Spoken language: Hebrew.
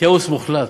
כאוס מוחלט.